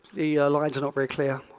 the lines are not very clear,